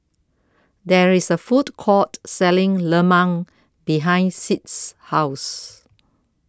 There IS A Food Court Selling Lemang behind Sid's House